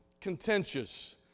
contentious